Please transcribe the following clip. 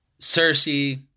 Cersei